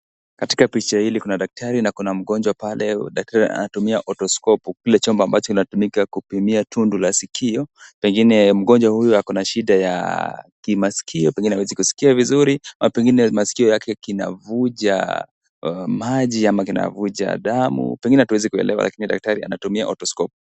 Katika picha hili kuna daktari na kuna mgonjwa pale, daktari anatumia hotosikopu kile chombo ambacho kinatumia kupima tunu la sikio pengine mgonjwa huyu ako na shida ya kimasikio ,pengine hawezi kusikia vizuri au pengine masiko yake kinavunja maji ama kinavunja damu pengine hatuwezi kuelewa lakini daktari anatumia hotosikopu.